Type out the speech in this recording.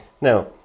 Now